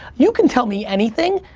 you can tell me anything,